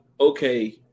okay